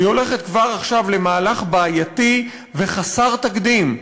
היא הולכת כבר עכשיו למהלך בעייתי וחסר תקדים,